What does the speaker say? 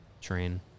Train